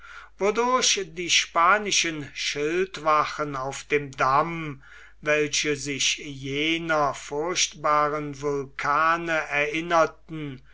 wodurch die spanischen schildwachen auf dem damm welche sich jener furchtbaren vulkane erinnerten